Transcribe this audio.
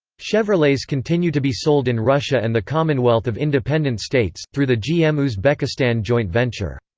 chevrolets continue to be sold in russia and the commonwealth of independent states, through the gm uzbekistan joint venture.